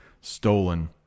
stolen